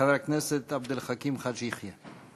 חבר הכנסת עבד אל חכים חאג' יחיא.